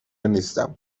نیستم